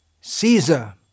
Caesar